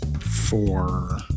Four